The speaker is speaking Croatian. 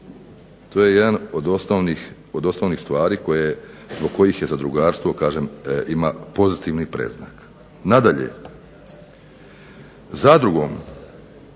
To je jadan od osnovnih stvari zbog kojih zadrugarstvo ima pozitivni predznak. Nadalje, "Zadrugom